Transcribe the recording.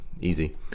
easy